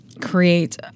create